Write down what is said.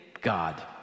God